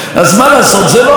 אז מה לעשות, זה לא המצב?